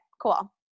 cool